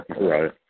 Right